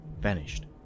vanished